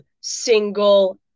single